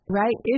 right